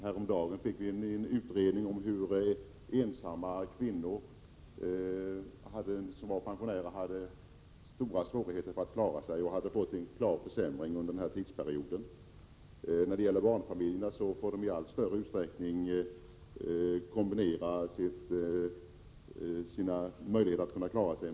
Häromdagen kunde vi läsa en utredning som visade att ensamstående kvinnliga pensionärer fått vidkännas en klar försämring under denna period och nu har stora svårigheter att klara sig. Barnfamiljerna i sin tur har i allt större utsträckning blivit beroende av olika bidrag för att kunna klara sig.